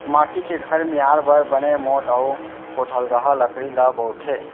माटी के घर मियार बर बने मोठ अउ पोठलगहा लकड़ी ल बउरथे